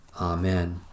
Amen